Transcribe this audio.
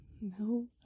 No